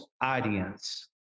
audience